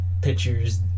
pictures